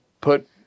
put